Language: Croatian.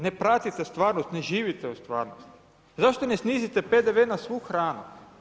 Ne pratite stvarnost, ne živite u stvarnosti, zašto ne snizite PDV na svu hranu?